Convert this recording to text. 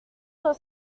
are